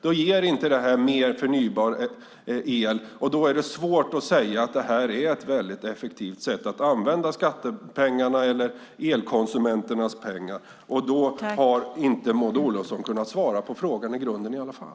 Då ger det inte mer förnybar el. Då är det svårt att säga att detta är ett effektivt sätt att använda skattepengarna eller elkonsumenternas pengar. Därför har inte Maud Olofsson kunnat svara på frågan i grunden i alla fall.